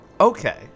Okay